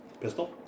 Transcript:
Pistol